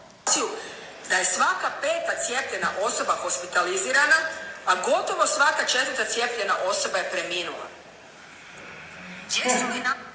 „Da je svaka peta cijepljena osoba hospitalizirana, a gotovo svaka četvrtka cijepljena osoba je preminula.“